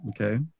Okay